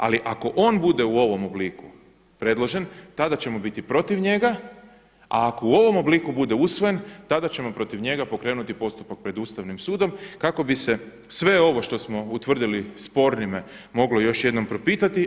Ali ako on bude u ovom obliku predložen tada ćemo biti protiv njega, a ako u ovom obliku bude usvojen, tada ćemo protiv njega pokrenuti postupak pred ustavnim sudom, kako bi se sve ovo što smo utvrdili spornime moglo još jednom propitati.